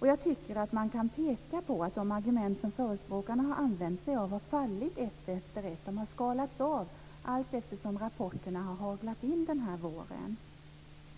Jag tycker att man kan peka på att det ena efter det andra av förespråkarnas argument har fallit. De har skalats av allteftersom rapporterna haglat in under våren.